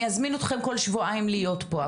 אני אזמין אתכן כל שבועיים להיות פה בדיון.